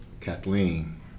Kathleen